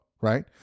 right